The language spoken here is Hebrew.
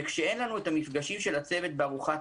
כשאין לנו את המפגשים של הצוות בארוחת